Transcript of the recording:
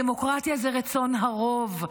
דמוקרטיה זה רצון הרוב.